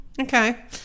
Okay